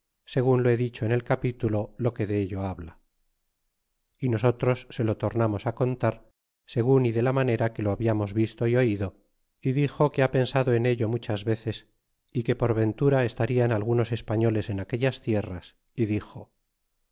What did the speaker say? segun lo he dicho en el capitulo lo qué dello habla y nosotros se lo tornamos á contar segun y de la manera que lo hablamos visto é oido é dixo que ha pensado en ello muchas veces e que por ventura estarjan algunos españoles en aquellas tierras dixo